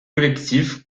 collectifs